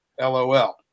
lol